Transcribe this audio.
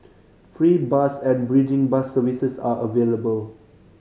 free bus and bridging bus services are available